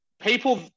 people